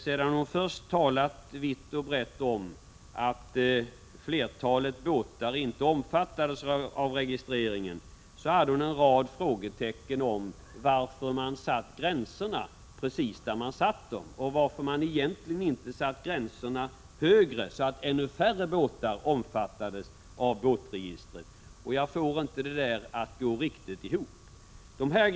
Sedan hon först talat vitt och brett om att flertalet båtar inte omfattas av registret, hade hon en rad frågetecken om varför man satt gränserna precis där man satt dem och undrade varför man inte satt gränserna högre, så att ännu färre båtar skulle omfattas av båtregistret. Jag får inte det där att gå ihop riktigt.